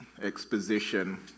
exposition